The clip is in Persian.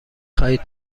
خواهید